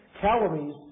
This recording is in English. calories